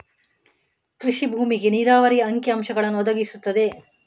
ಕೃಷಿ ಭೂಮಿಗೆ ನೀರಾವರಿಯ ಅಂಕಿ ಅಂಶಗಳನ್ನು ಒದಗಿಸುತ್ತದೆ